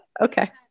Okay